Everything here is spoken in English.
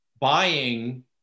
buying